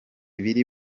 biri